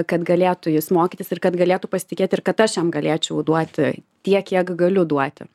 kad galėtų jis mokytis ir kad galėtų pasitikėti ir kad aš jam galėčiau duoti tiek kiek galiu duoti